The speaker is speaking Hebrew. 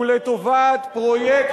אין מחלוקת